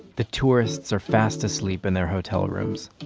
the tourists are fast asleep in their hotel rooms